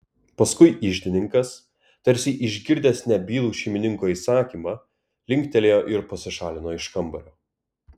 paskui iždininkas tarsi išgirdęs nebylų šeimininko įsakymą linktelėjo ir pasišalino iš kambario